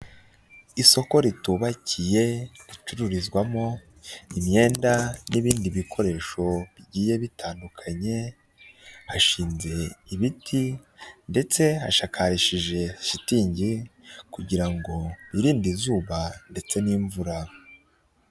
Isoko ritubakiye ricururizwamo imyenda n'ibindi bikoresho bigiye bitandukanye, hashinze ibiti ndetse hashakarishije shitingi kugira ngo birinde izuba ndetse n'imvura.